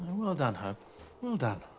well done hope. well done.